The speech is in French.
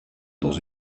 dans